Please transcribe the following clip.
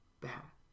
back